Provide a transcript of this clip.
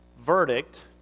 verdict